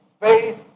faith